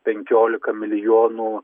penkiolika milijonų